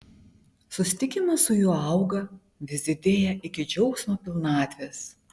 susitikimas su juo auga vis didėja iki džiaugsmo pilnatvės